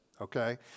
okay